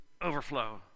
overflow